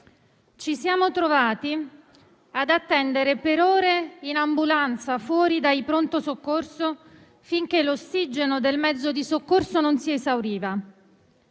Ci siamo trovati ad attendere per ore in ambulanza fuori dai pronto soccorso, finché l'ossigeno del mezzo di soccorso non si esauriva.